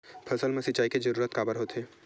फसल मा सिंचाई के जरूरत काबर होथे?